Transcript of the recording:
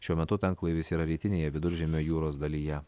šiuo metu tanklaivis yra rytinėje viduržemio jūros dalyje